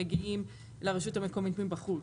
מגיעים לרשות המקומית מבחוץ.